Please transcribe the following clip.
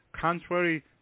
contrary